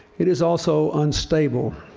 it is also unstable.